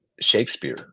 shakespeare